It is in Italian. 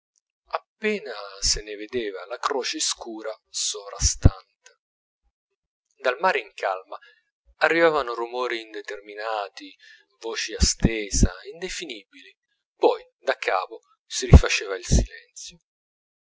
appena se ne vedeva la croce scura sovrastante dal mare in calma arrivavano rumori indeterminati voci a stesa indefinibili poi daccapo si rifaceva il silenzio